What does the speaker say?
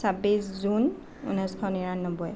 ছাব্বিছ জুন ঊনৈছশ নিৰান্নব্বৈ